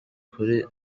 kuri